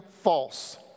false